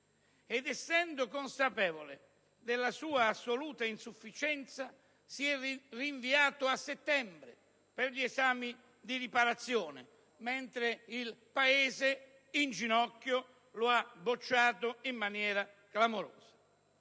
ed essendo consapevole della sua assoluta insufficienza, si è rinviato a settembre per gli esami di riparazione, mentre il Paese in ginocchio lo ha bocciato in maniera clamorosa.